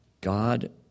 God